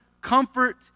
comfort